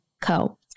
co